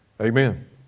Amen